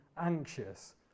anxious